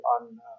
on